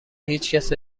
هیچکس